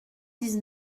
dix